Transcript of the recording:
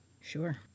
Sure